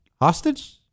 hostage